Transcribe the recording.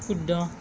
শুদ্ধ